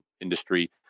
industry